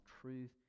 truth